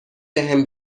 بهم